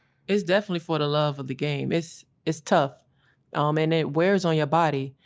it's definitely for the love of the game. it's it's tough um and it wears on your body.